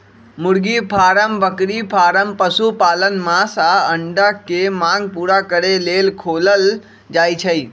मुर्गी फारम बकरी फारम पशुपालन मास आऽ अंडा के मांग पुरा करे लेल खोलल जाइ छइ